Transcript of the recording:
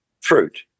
fruit